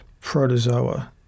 protozoa